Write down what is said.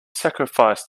sacrifice